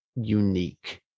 unique